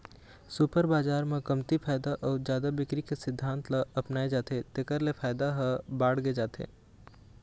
super बजार म कमती फायदा अउ जादा बिक्री के सिद्धांत ल अपनाए जाथे तेखर ले फायदा ह बाड़गे जाथे